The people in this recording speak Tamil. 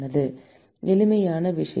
நேரத்தைப் பார்க்கவும் 1456 எளிமையான விஷயம்